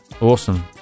Awesome